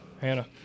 Hannah